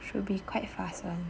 should be quite fast [one]